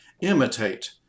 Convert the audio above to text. imitate